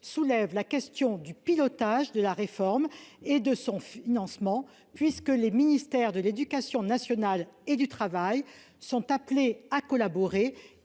soulève la question du pilotage de la réforme et de son financement puisque les ministères de l'éducation nationale et du travail sont appelés à collaborer,